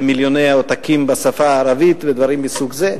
במיליוני עותקים בשפה הערבית ודברים מסוג זה,